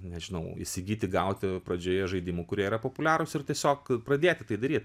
nežinau įsigyti gauti pradžioje žaidimų kurie yra populiarūs ir tiesiog pradėti tai daryt